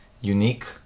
unique